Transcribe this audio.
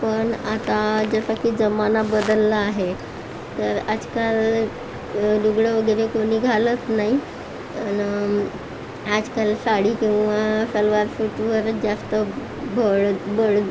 पण आता जसं की जमाना बदलला आहे तर आजकाल लुगडं वगैरे कोणी घालत नाही आणि आजकाल साडी किंवा सलवार सूटवरच जास्त भरड बर्डन